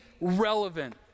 relevant